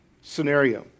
scenario